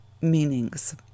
meanings